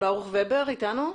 ברוך ובר איתנו?